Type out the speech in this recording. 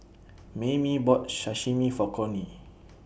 Maymie bought Sashimi For Cornie